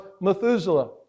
Methuselah